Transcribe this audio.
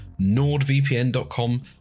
nordvpn.com